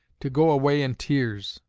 to go away in tears.